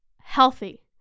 healthy